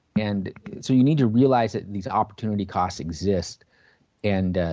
and so you need to realize that these opportunity costs exist and